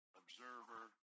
observer